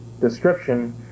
description